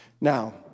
Now